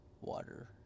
Water